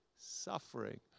suffering